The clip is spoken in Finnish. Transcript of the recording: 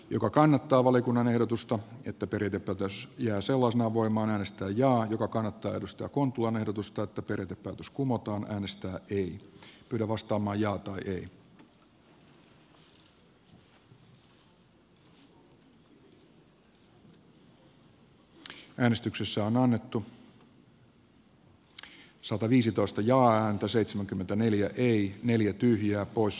joka kannattaa valiokunnan ehdotusta että periaatepäätös jää sellaisenaan voimaan äänestää jaa joka kannattaa tutustua kun tuon ehdotusta että perintäpäätös kumotaan jos ei voittaa on anna kontulan ehdotus hyväksytty ja periaatepäätös kumottu